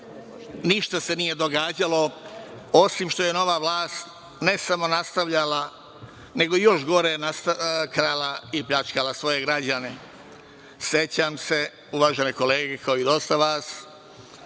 ništa se nije događalo osim što je nova vlast, ne samo nastavljala nego još gore krala i pljačkala svoje građane.Sećam se, uvažene kolege, kao i dosta vas,